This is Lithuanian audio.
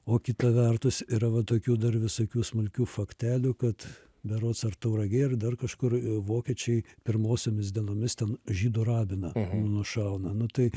o kita vertus yra vat tokių dar visokių smulkių faktelių kad berods ar tauragėj ir dar kažkur vokiečiai pirmosiomis dienomis ten žydų rabiną nušauna nu tai